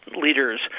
leaders